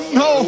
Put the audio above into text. no